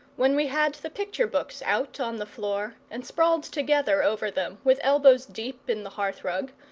when we had the picture-books out on the floor, and sprawled together over them with elbows deep in the hearth-rug,